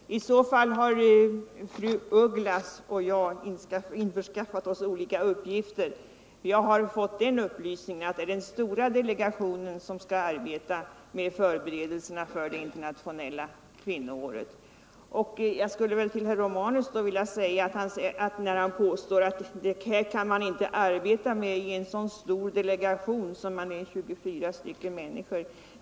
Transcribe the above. Herr talman! I så fall har fru af Ugglas och jag fått olika uppgifter. Jag har fått den upplysningen att det är den stora delegationen som skall arbeta med förberedelserna för det internationella kvinnoåret. Herr Romanus påstår att man inte kan arbeta med jämställdhetsfrågan i en delegation som omfattar 24 människor.